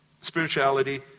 spirituality